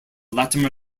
latimer